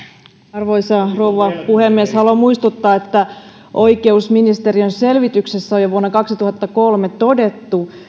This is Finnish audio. arvoisa rouva puhemies haluan muistuttaa että oikeusministeriön selvityksessä on jo vuonna kaksituhattakolme todettu